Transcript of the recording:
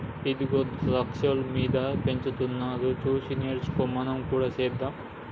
ఇగో ద్రాక్షాలు మీద పెంచుతున్నారు సూసి నేర్చుకో మనం కూడా సెద్దాం